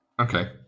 Okay